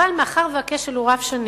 אבל מאחר שהכשל הוא רב שנים,